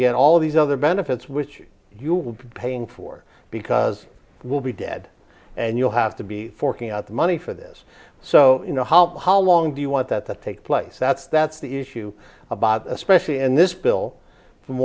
get all these other benefits which you will be paying for because you will be dead and you'll have to be forking out the money for this so you know how how long do you want that to take place that's that's the issue about especially in this bill from